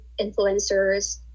influencers